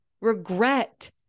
regret